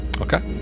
Okay